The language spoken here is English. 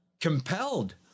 compelled